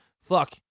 Fuck